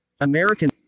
American